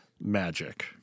magic